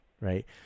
Right